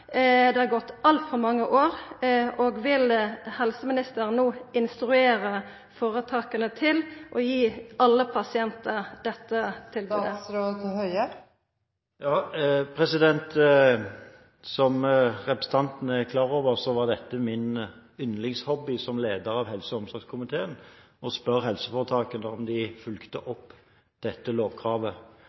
Det har gått altfor mange år. Vil helseministeren no instruera føretaka til å gi alle pasientane dette tilbodet? Som representanten er klar over, var det min yndlingshobby som leder av helse- og omsorgskomiteen å spørre helseforetakene om de fulgte opp dette lovkravet.